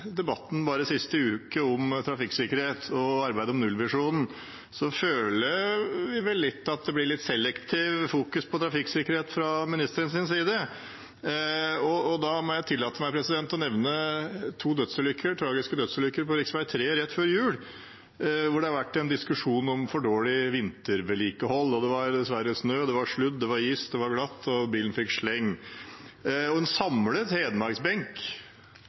debatten, bare den siste uka, om trafikksikkerhet og arbeidet med nullvisjonen. Jeg føler vel at det blir litt selektivt fokusert på trafikksikkerhet fra ministerens side. Da må jeg tillate meg å nevne to tragiske dødsulykker på rv. 3 rett før jul, der det har vært en diskusjon om for dårlig vintervedlikehold. Det var dessverre snø, det var sludd, det var is, det var glatt, og bilen fikk sleng. En samlet hedmarksbenk